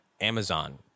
Amazon